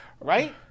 right